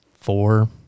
four